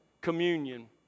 communion